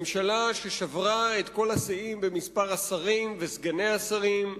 ממשלה ששברה את כל השיאים במספר השרים וסגני השרים בה,